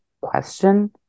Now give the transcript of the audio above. question